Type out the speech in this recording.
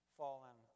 fallen